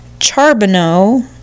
Charbonneau